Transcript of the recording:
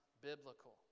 biblical